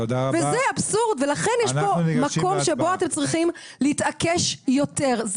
זה אבסורד ולכן יש פה מקום שבו אתם צריכים להתעקש יותר.